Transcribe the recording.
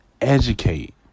Educate